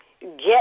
get